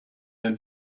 del